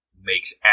makes